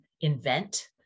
invent